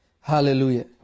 Hallelujah